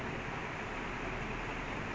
different from normal normally is the other